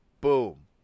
Boom